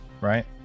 right